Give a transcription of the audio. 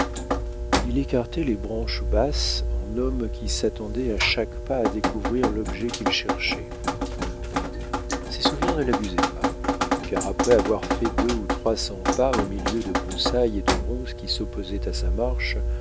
il écartait les branches basses en homme qui s'attendait à chaque pas à découvrir l'objet qu'il cherchait ses souvenirs ne l'abusaient pas car après avoir fait deux ou trois cents pas au milieu de broussailles et de ronces qui s'opposaient à sa marche